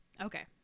Okay